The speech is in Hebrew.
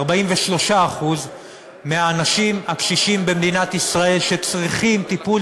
43% מהאנשים הקשישים במדינת ישראל שצריכים טיפול